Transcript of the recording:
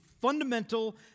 fundamental